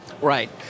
Right